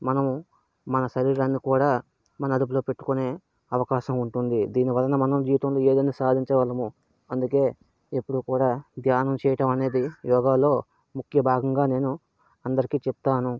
మనము మన శరీరాన్ని కూడా మన అదుపులో పెట్టుకునే అవకాశం ఉంటుంది దీనివలన మన జీవితంలో ఏదైనా సాధించగలము అందుకే ఎప్పుడు కూడా ధ్యానం చేయటం అనేది యోగాలో ముఖ్యభాగంగా నేను అందరికి చెప్తాను